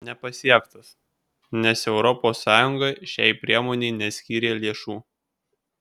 nepasiektas nes europos sąjunga šiai priemonei neskyrė lėšų